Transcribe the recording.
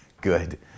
Good